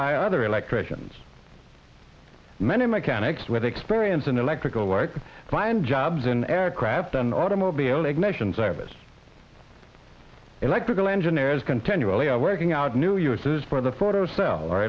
by other electricians many mechanics with experience in electrical work find jobs in aircraft and automobile ignition scientists electrical engineers continually are working out new uses for the photocell or